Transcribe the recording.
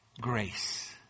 Grace